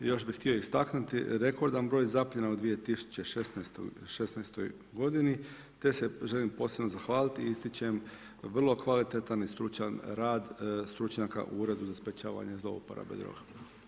Još bih htio istaknuti rekordan broj zapljena u 2016. godini te se želim posebno zahvaliti i ističem vrlo kvalitetan i stručan rad stručnjaka u Uredu za sprječavanje zlouporabe droga.